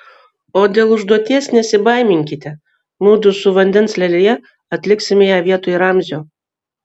o dėl užduoties nesibaiminkite mudu su vandens lelija atliksime ją vietoj ramzio